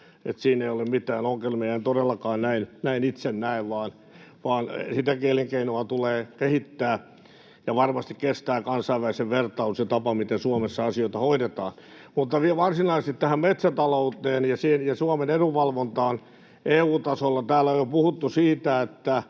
siinä ei ole mitään ongelmia. En todellakaan näin itse näe, vaan sitäkin elinkeinoa tulee kehittää, ja varmasti kestää kansainvälisen vertailun se tapa, miten Suomessa asioita hoidetaan. Vielä varsinaisesti tähän metsätalouteen ja Suomen edunvalvontaan EU-tasolla: Täällä on jo puhuttu siitä,